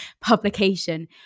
publication